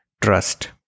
trust